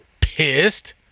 pissed